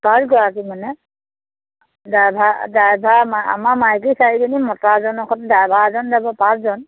পাঁচগৰাকী মানে driver driver আমাৰ মাইকী চাৰিজনী মতা এজন অকল ড্ৰাইভাৰ এজন যাব পাঁচজন